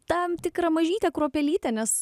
tam tikrą mažytę kruopelytę nes